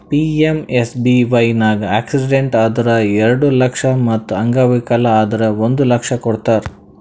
PMSBY ನಾಗ್ accident ಆದುರ್ ಎರಡು ಲಕ್ಷ ಮತ್ ಅಂಗವಿಕಲ ಆದುರ್ ಒಂದ್ ಲಕ್ಷ ಕೊಡ್ತಾರ್